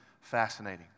fascinating